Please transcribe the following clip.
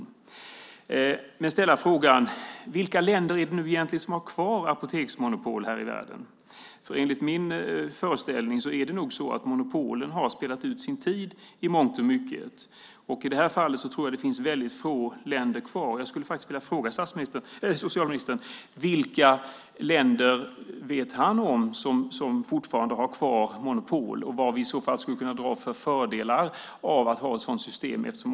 Jag vill då ställa frågan: Vilka länder är det nu egentligen som har kvar apoteksmonopol här i världen? Enligt min föreställning är det nog så att monopolen har spelat ut sin roll i mångt och mycket. I det här fallet tror jag att det är väldigt få länder som har monopolet kvar. Jag skulle faktiskt vilja fråga socialministern: Vilka länder vet han om som fortfarande har kvar monopol, och vad skulle vi i så fall kunna dra för fördelar av att ha ett sådant system?